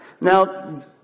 Now